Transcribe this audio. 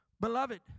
Beloved